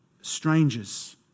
strangers